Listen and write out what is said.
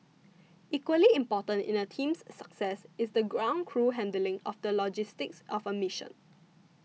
equally important in a team's success is the ground crew handling of the logistics of a mission